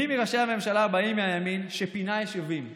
מי מראשי הממשלה הבאים מהימין שפינה יישובים אמר: